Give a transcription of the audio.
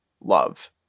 love